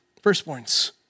Firstborns